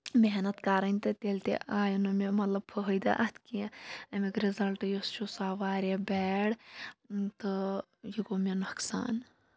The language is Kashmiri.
محنت کَرٕنۍ تہٕ تیٚلہِ تہِ آیو نہٕ مےٚ مطلب فٲیدٕ اَتھ کیٚنٛہہ اَمِیُک رِزَلٹ یُس چھُ سُہ آو واریاہ بیڑ تہٕ یہِ گوٚو مےٚ نۄقصان